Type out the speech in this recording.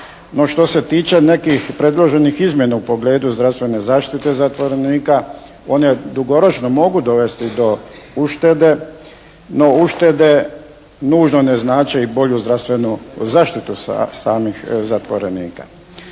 No, što se tiče nekih predloženih izmjena u pogledu zdravstvene zaštite zatvorenika one dugoročno mogu dovesti do uštede, no uštede nužno ne znače i bolju zdravstvenu zaštitu samih zatvorenika.